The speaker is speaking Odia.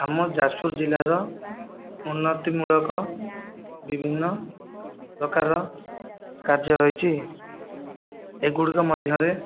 ଆମ ଯାଜପୁର ଜିଲ୍ଲାର ଉନ୍ନତିମୂଳକ ବିଭିନ୍ନ ପ୍ରକାରର କାର୍ଯ୍ୟ ରହିଛି ଏଗୁଡ଼ିକ ମଧ୍ୟରେ